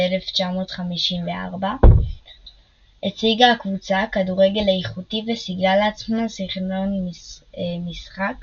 1954–1963 הציגה הקבוצה כדורגל איכותי וסיגלה לעצמה סגנון משחק